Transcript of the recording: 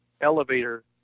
elevator